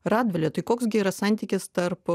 radvile tai koks gi yra santykis tarp